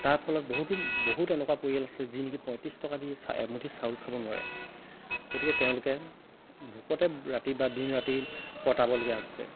তাৰ ফলত বহুতো বহুত এনেকুৱা পৰিয়াল আছে যি নিকি পঁয়ত্ৰিছ টকা দি চা এমুঠি চাউল খাব নোৱাৰে গতিকে তেওঁলোকে ভোকতে ৰাতি বা দিন ৰাতি কটাবলগীয়া হৈছে